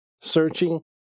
searching